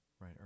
Right